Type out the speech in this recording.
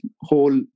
whole